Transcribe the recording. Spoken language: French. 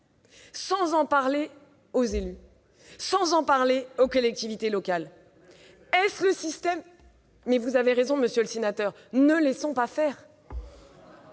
sans en parler aux élus, sans en parler aux collectivités locales. Et vous laissez faire ? Vous avez raison, monsieur le sénateur : nous ne laissons pas faire